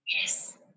Yes